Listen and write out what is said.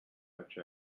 such